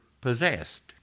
possessed